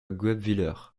guebwiller